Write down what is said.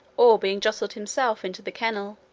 or being justled himself into the kennel.